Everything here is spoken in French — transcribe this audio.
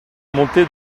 montée